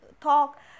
talk